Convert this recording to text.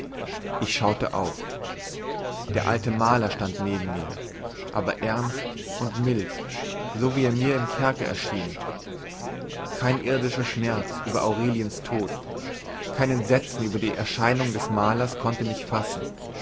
ich schaute auf der alte maler stand neben mir aber ernst und mild so wie er mir im kerker erschien kein irdischer schmerz über aureliens tod kein entsetzen über die erscheinung des malers konnte mich fassen